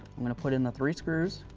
i'm going to put in the three screws.